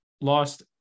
lost